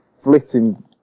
Flitting